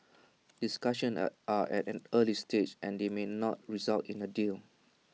discussions are are at an early stage and they may not result in A deal